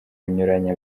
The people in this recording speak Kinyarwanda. binyuranye